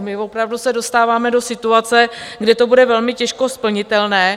My se opravdu dostáváme do situace, kdy to bude velmi těžko splnitelné.